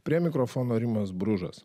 prie mikrofono rimas bružas